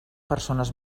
persones